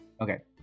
okay